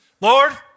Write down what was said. Lord